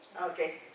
Okay